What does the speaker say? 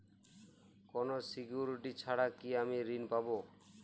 কোনো সিকুরিটি ছাড়া কি আমি ঋণ পাবো?